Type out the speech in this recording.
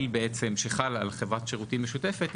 שחל על חברת שירותים משותפת,